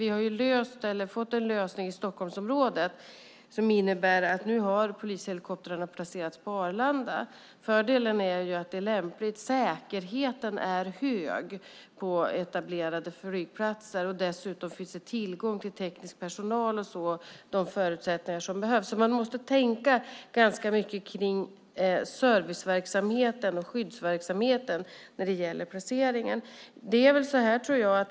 Vi har fått en lösning i Stockholmsområdet som innebär att polishelikoptrarna placerats på Arlanda. Fördelen med det är att säkerheten på etablerade flygplatser är hög. Dessutom finns det tillgång till teknisk personal och de förutsättningar som behövs. Man måste tänka ganska mycket på service och skyddsverksamheten när det gäller placeringen.